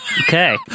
Okay